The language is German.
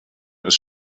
ist